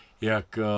jak